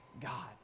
God